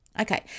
okay